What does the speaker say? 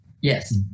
Yes